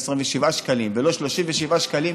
27 שקלים,